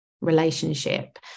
relationship